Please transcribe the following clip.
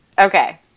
Okay